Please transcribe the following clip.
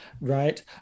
right